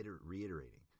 reiterating